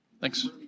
thanks